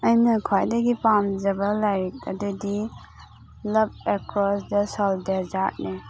ꯑꯩꯅ ꯈ꯭ꯋꯥꯏꯗꯒꯤ ꯄꯥꯝꯖꯕ ꯂꯥꯏꯔꯤꯛ ꯑꯗꯨꯗꯤ ꯂꯕ ꯑꯦꯀ꯭ꯔꯣꯁ ꯗ ꯁꯣꯜ ꯗꯦꯖꯥꯔꯠꯅꯦ